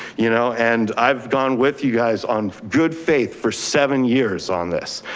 you know and i've gone with you guys on good faith for seven years on this.